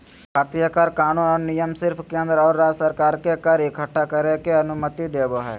भारतीय कर कानून और नियम सिर्फ केंद्र और राज्य सरकार के कर इक्कठा करे के अनुमति देवो हय